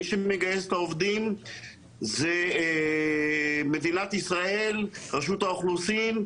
מי שמגייס את העובדים אלה מדינת ישראל ורשות האוכלוסין,